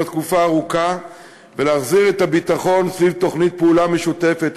תקופה ארוכה ולהחזיר את הביטחון סביב תוכנית פעולה משותפת.